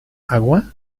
agua